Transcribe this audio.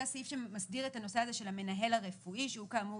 זה סעיף שמסדיר את הנושא הזה של המנהל הרפואי שהוא כאמור